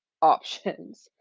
options